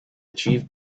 achieve